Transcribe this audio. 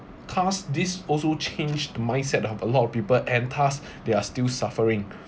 thus this also change the mindset of a lot of people and thus they are still suffering